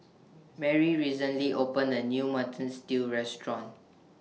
Marry recently opened A New Mutton Stew Restaurant